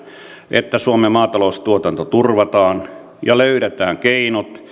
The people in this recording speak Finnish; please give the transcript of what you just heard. että suomen maataloustuotanto turvataan ja löydetään keinot